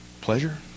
Pleasure